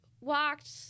walked